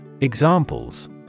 Examples